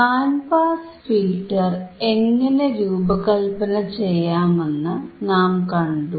band pass filter എങ്ങനെ രൂപകല്പന ചെയ്യാമെന്ന് നാം കണ്ടു